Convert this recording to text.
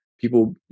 people